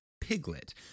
Piglet